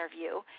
interview